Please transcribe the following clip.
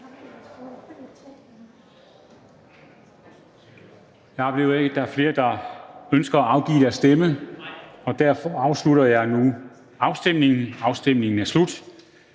Der er ikke flere, der ønsker at afgive deres stemme, og derfor afslutter jeg nu afstemningen. Afstemningen er slut.